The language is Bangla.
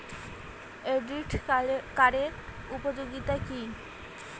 ক্রেডিট কার্ডের উপযোগিতা কি?